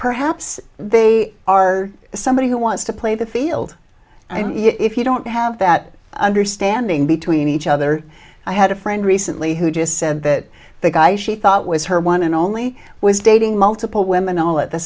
perhaps they are somebody who wants to play the field if you don't have that understanding between each other i had a friend recently who just said that the guy she thought was her one and only was dating multiple women all at the